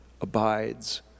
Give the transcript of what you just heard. abides